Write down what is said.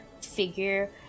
figure